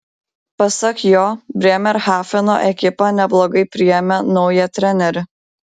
pasak jo brėmerhafeno ekipa neblogai priėmė naują trenerį